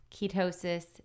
ketosis